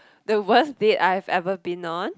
the worst date I have ever been on